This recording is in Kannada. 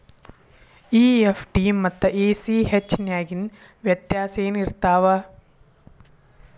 ಇ.ಎಫ್.ಟಿ ಮತ್ತ ಎ.ಸಿ.ಹೆಚ್ ನ್ಯಾಗಿನ್ ವ್ಯೆತ್ಯಾಸೆನಿರ್ತಾವ?